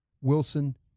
Wilson